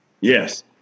Yes